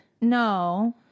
No